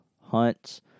hunts